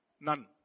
None